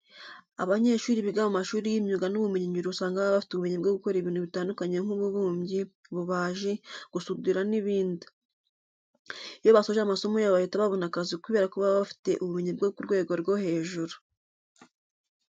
Abanyeshuri biga mu mashuri y'imyuga n'ubumenyingiro usanga baba bafite ubumenyi bwo gukora ibintu bitandukanye nk'ububumbyi, ububaji, gusudira, n'ibindi. Iyo basoje amasomo yabo bahita babona akazi kubera ko baba bafite ubumenyi bwo ku rwego rwo hejuru.